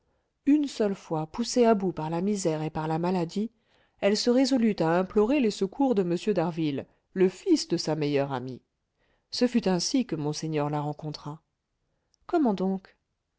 une seule fois poussée à bout par la misère et par la maladie elle se résolut à implorer les secours de m d'harville le fils de sa meilleure amie ce fut ainsi que monseigneur la rencontra comment donc